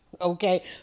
Okay